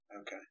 Okay